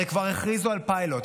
הרי כבר הכריזו על פיילוט.